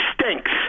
stinks